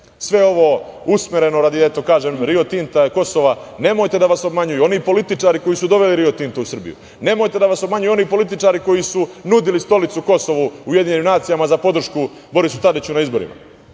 sve ovo usmereno radi, eto, kažem, Rio Tinta, Kosova, nemojte da vas obmanjuju oni političari koji su doveli Rio Tinta u Srbiju. Nemojte da vas obmanjuju oni političari koji su nudili stolicu Kosovu u UN za podršku Borisu Tadiću na izborima.